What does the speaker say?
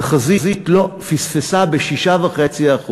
התחזית פספסה ב-6.5%,